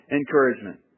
encouragement